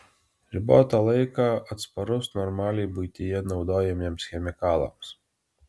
ribotą laiką atsparus normaliai buityje naudojamiems chemikalams